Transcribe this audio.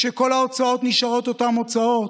כשכל ההוצאות נשארות אותן הוצאות: